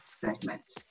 segment